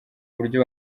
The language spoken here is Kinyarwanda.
buryo